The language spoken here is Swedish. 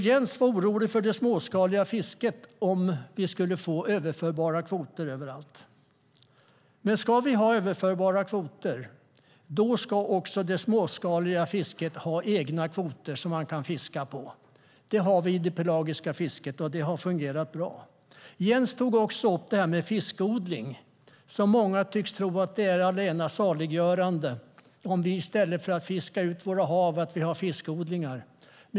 Jens var orolig för det småskaliga fisket ifall vi skulle få överförbara kvoter överallt. Ska vi ha överförbara kvoter ska det småskaliga fisket ha egna kvoter som man kan fiska på. Det har vi i det pelagiska fisket, och det har fungerat bra. Jens tog även upp frågan om fiskodling. Många tycks tro att det är det allena saliggörande. I stället för att fiska ut våra hav ska vi ha fiskodlingar.